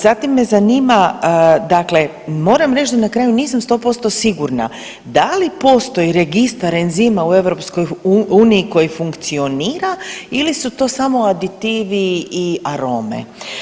Zatim me zanima dakle moram reći da na kraju nisam 100% sigurna da li postoji registar enzima u EU-u koji funkcionira ili su to samo aditivi i arome?